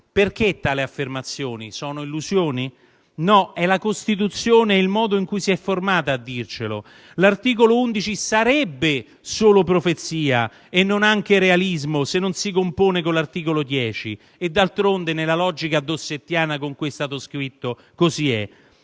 Perché tali affermazioni? Sono illusioni? No, è la Costituzione e il modo in cui si è formata a dircelo: l'articolo 11 sarebbe solo profezia e non anche realismo se non si compone con l'articolo 10 e d'altronde nella logica dossettiana con cui è stato scritto così è.